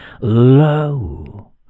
lo